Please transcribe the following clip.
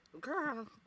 girl